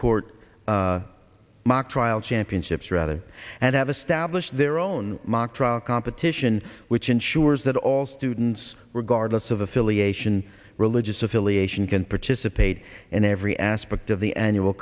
court mock trial championships rather and have established their own mock trial competition which ensures that all all students regardless of affiliation religious affiliation can participate in every aspect of the annual